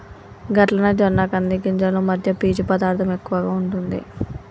గట్లనే జొన్న కంది గింజలు మధ్య పీచు పదార్థం ఎక్కువగా ఉంటుంది